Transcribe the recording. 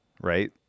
right